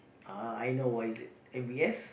ah I know what is it m_b_s